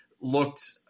looked